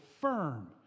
firm